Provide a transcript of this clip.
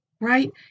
right